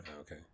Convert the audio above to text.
Okay